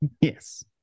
Yes